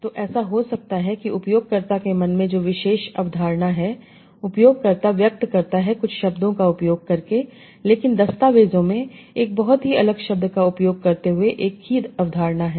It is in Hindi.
तो ऐसा हो सकता है कि उपयोगकर्ता के मन में जो विशेष अवधारणा है उपयोगकर्ता व्यक्त करता है कुछ शब्दों का उपयोग करके लेकिन दस्तावेज़ों में एक बहुत ही अलग शब्द का उपयोग करते हुए एक ही अवधारणा है